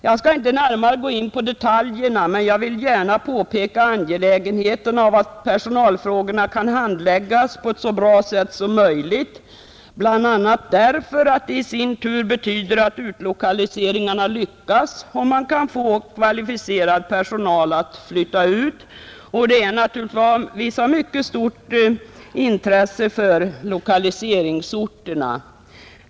Jag skall inte närmare gå in på detaljerna, men jag vill gärna påpeka angelägenheten av att personalfrågorna kan handläggas på ett så bra sätt som möjligt, bl.a. därför att detta i sin tur betyder att utlokaliseringarna lyckas genom att man kan få kvalificerad personal att flytta ut, och det är naturligtvis av mycket stort intresse för lokaliseringsorterna.